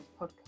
podcast